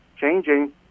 changing